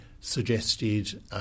suggested